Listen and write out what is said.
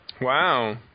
Wow